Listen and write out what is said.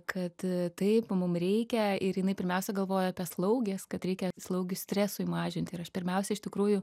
kad taip mum reikia ir jinai pirmiausia galvojo apie slauges kad reikia slaugių stresui mažint ir aš pirmiausia iš tikrųjų